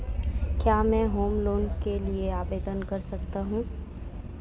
क्या मैं home loan के लिए आवेदन कर सकता हूं?